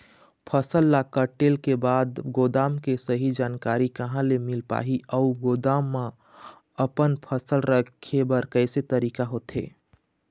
फसल ला कटेल के बाद गोदाम के सही जानकारी कहा ले मील पाही अउ गोदाम मा अपन फसल रखे बर कैसे तरीका होथे?